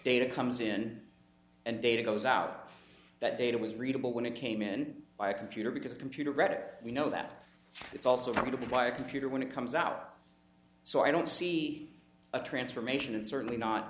data comes in and data goes out that data was readable when it came in by a computer because a computer read it we know that it's also going to buy a computer when it comes out so i don't see a transformation and certainly not